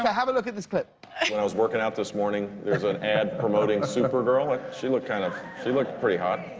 have a look at this clip. when i was working out this morning. there was an ad promoting supergirl. ah she looked kind of she looked pretty hot.